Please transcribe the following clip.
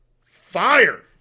fire